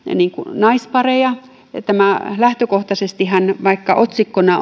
naispareja niin lähtökohtaisestihan vaikka otsikkona